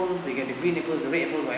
they get the green apples red apples whatever